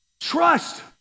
Trust